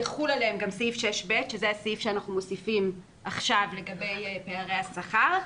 יחול עליהם גם סעיף 6ב שזה הסעיף שאנחנו מוסיפים עכשיו לגבי פערי השכר,